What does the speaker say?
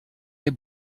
les